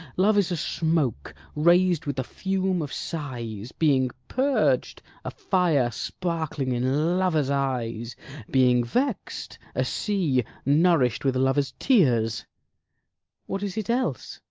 love is a smoke rais'd with the fume of sighs being purg'd, a fire sparkling in lovers' eyes being vex'd, a sea nourish'd with lovers' tears what is it else?